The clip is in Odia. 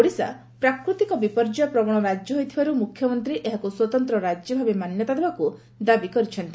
ଓଡ଼ିଶା ପ୍ରାକୃତିକ ବିପର୍ଯ୍ୟପ୍ରବଣ ରାଜ୍ୟ ହୋଇଥିବାର୍ ମୁଖ୍ୟମନ୍ତୀ ଏହାକୁ ସ୍ୱତନ୍ତ୍ ରାଜ୍ୟ ଭାବେ ମାନ୍ୟତା ଦେବାକୁ ଦାବି କରିଛନ୍ତି